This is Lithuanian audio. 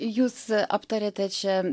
jūs aptariate čia